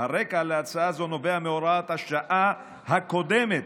הרקע להצעה זו נובע מהוראת השעה הקודמת,